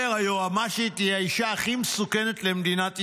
אומר: היועמ"שית היא האישה הכי מסוכנת למדינת ישראל,